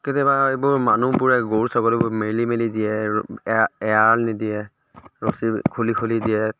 কেতিয়াবা এইবোৰ মানুহবোৰে গৰু ছাগলীবোৰ মেলি মেলি দিয়ে আৰু এআ এৰাল নিদিয়ে ৰছী খুলি খুলি দিয়ে